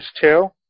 two